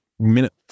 minute